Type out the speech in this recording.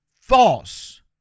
false